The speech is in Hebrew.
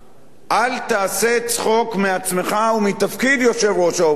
אל תעשה צחוק מעצמך ומתפקיד יושב-ראש האופוזיציה.